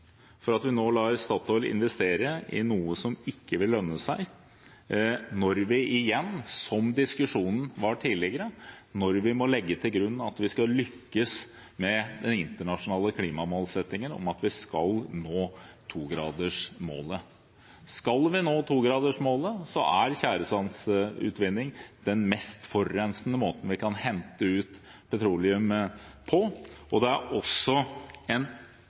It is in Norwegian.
for at vi nå lar Statoil investere i noe som ikke vil lønne seg når vi igjen, slik diskusjonen var tidligere, må legge til grunn at vi skal lykkes med den internasjonale klimamålsettingen om at vi skal nå togradersmålet. Skal vi nå togradersmålet er tjæresandutvinning den mest forurensende måten vi kan hente ut petroleum på, og det har store kostnader ved seg å hente den ut på den måten. Jeg mener det er